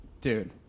Dude